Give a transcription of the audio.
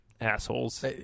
assholes